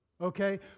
Okay